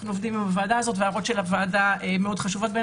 עובדים עם הוועדה הזאת וההערות של הוועדה מאוד חשובות.